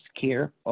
care